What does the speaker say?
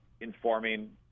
informing